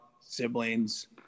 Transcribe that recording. siblings